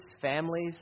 families